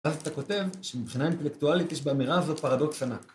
ואז אתה כותב שמבחינה אינטלקטואלית יש באמירה הזאת פרדוקס ענק